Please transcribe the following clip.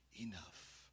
enough